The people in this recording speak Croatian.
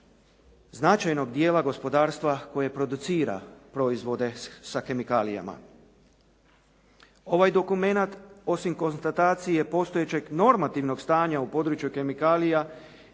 značajnog dijela gospodarstva koje producira proizvode sa kemikalijama. Ovaj dokument, osim konstatacije postojećeg normativnog stanja u području kemikalija